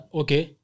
okay